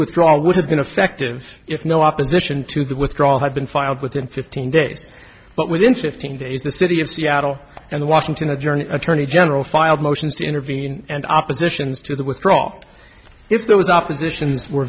withdrawal would have been effective if no opposition to the withdrawal had been filed within fifteen days but within fifteen days the city of seattle and the washington adjourn attorney general filed motions to intervene and oppositions to the withdraw if there was oppositions were